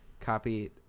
copy